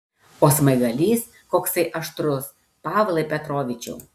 o smaigalys koksai aštrus pavlai petrovičiau